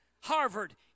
Harvard